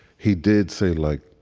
he did say like,